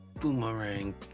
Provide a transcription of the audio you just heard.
Boomerang